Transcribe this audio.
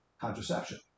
contraception